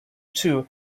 too